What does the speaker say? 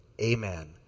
Amen